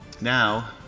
Now